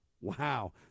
Wow